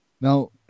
Now